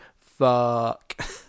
Fuck